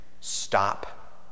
stop